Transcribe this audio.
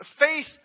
faith